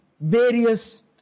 various